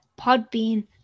Podbean